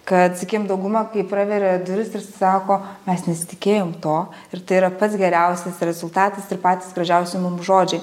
kad sakykim dauguma kai praveria duris ir sako mes nesitikėjom to ir tai yra pats geriausias rezultatas ir patys gražiausi mums žodžiai